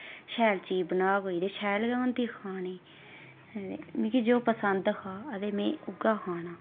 शैल चीज बना कोई ते शैल गै होंदी खाने ते मिकी जो पसंद हा हां ते मैं उ'ऐ खाना